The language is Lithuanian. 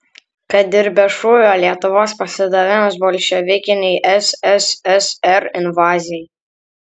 kad ir be šūvio lietuvos pasidavimas bolševikinei sssr invazijai